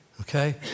Okay